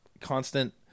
constant